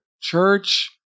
church